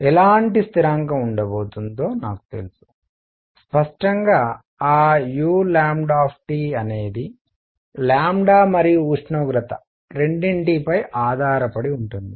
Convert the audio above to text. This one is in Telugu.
ఎలాంటి స్థిరాంకం ఉండబోతుందో నాకు తెలుసు స్పష్టంగా ఆ u అనేది మరియు ఉష్ణోగ్రత రెండింటిపై ఆధారపడి ఉంటుంది